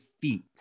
feet